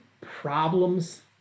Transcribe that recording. problems